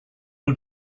nhw